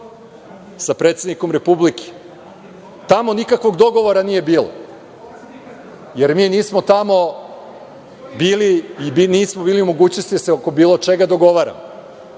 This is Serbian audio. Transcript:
sa predsednikom Republike. Tamo nikakvog dogovora nije bilo, jer mi nismo tamo bili i nismo bili u mogućnosti da se oko bilo čega dogovaramo.